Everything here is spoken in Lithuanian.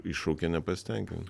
iššaukė nepasitenkinimą